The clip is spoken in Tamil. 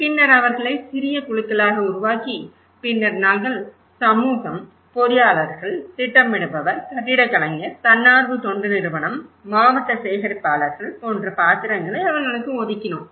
பின்னர் அவர்களை சிறிய குழுக்களாக உருவாக்கி பின்னர் நாங்கள் சமூகம் பொறியாளர்கள் திட்டமிடுபவர் கட்டிடக் கலைஞர் தன்னார்வ தொண்டு நிறுவனம் மாவட்ட சேகரிப்பாளர்கள் போன்ற பாத்திரங்களை அவர்களுக்கு ஒதுக்கினோம்